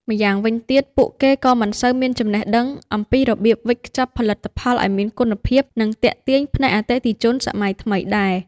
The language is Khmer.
ម្យ៉ាងវិញទៀត ពួកគេក៏មិនសូវមានចំណេះដឹងអំពីរបៀបវេចខ្ចប់ផលិតផលឱ្យមានគុណភាព និងទាក់ទាញភ្នែកអតិថិជនសម័យថ្មីដែរ។